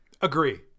Agree